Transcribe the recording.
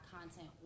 content